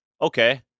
okay